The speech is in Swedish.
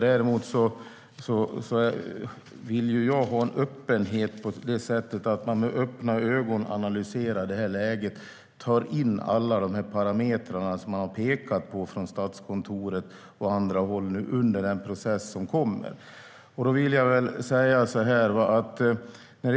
Däremot vill jag ha en öppenhet på det sättet att man med öppna ögon analyserar läget och i den process som kommer tar in alla parametrar som Statskontoret och andra har pekat på.